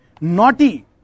Naughty